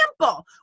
simple